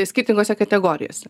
skirtingose kategorijose